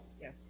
Yes